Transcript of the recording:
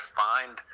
find